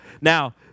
Now